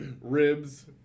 ribs